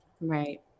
Right